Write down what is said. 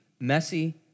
messy